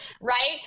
right